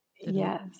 Yes